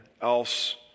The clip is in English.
else